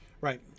Right